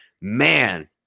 man